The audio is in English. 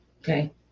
okay